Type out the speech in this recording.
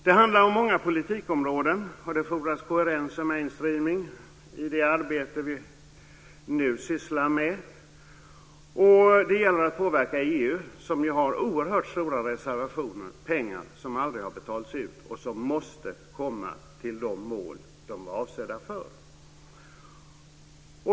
Det handlar om många politikområden, och det fordras kongruens och mainstreaming i det arbete som vi nu sysslar med. Och det gäller att påverka EU som ju har oerhört stora reservationer, pengar, som aldrig har betalats ut och som måste komma till de mål de är avsedda för.